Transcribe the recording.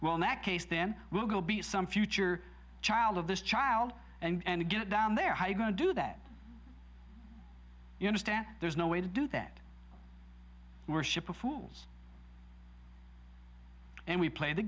well in that case then we'll be at some future child of this child and get down there high going to do that you understand there's no way to do that worship of fools and we play the